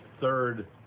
third